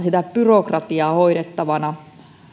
byrokratiaa hoidettavana